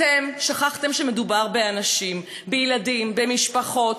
אתם שכחתם שמדובר באנשים, בילדים, במשפחות.